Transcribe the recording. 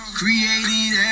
created